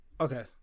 Okay